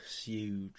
huge